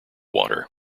water